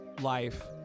life